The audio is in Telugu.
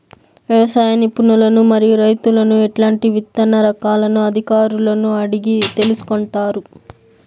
వ్యవసాయ నిపుణులను మరియు రైతులను ఎట్లాంటి విత్తన రకాలను అధికారులను అడిగి తెలుసుకొంటారు?